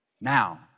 Now